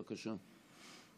בבקשה.